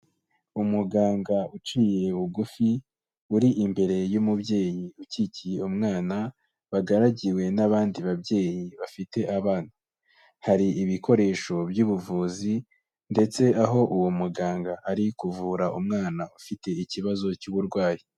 Umuganga uciye bugufi uri imbere y'umubyeyi ukikiye umwana, bagaragiwe n'abandi babyeyi bafite abana. Hari ibikoresho by'ubuvuzi ndetse aho uwo muganga ari kuvura umwana ufite ikibazo cy'uburwayi.